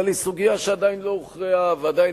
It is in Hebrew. אבל היא סוגיה שעדיין לא הוכרעה ועדיין